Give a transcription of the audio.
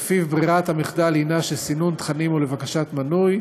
ולפיו ברירת המחדל היא שסינון תכנים הוא לבקשת מנוי,